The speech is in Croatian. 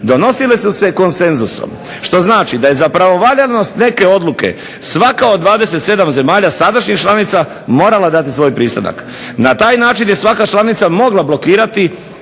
donosile su se konsenzusom što znači da je za pravovaljanost neke odluke svaka od 27 zemalja sadašnjih članica morala dati svoj pristanak. Na taj način je svaka članica mogla blokirati